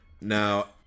Now